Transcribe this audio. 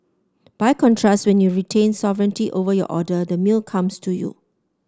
by contrast when you retain sovereignty over your order the meal comes to you